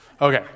Okay